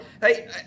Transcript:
Hey